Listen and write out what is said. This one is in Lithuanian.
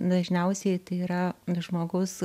dažniausiai tai yra žmogus